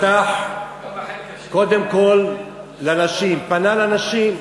פתח קודם כול לנשים, פנה לנשים: